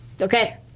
Okay